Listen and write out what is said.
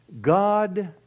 God